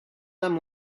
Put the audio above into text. them